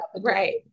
right